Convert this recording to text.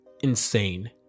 insane